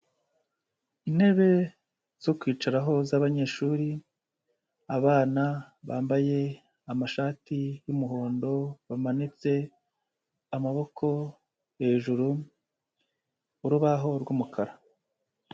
Intebe zo kwicaraho z'abanyeshuri, abana bambaye amashati y'umuhondo bamanitse amaboko, hejuru urubaho rw'umukara.